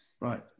right